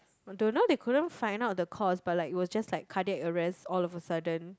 don't know they couldn't find out the cause but like it was just like cardiac arrest all of the sudden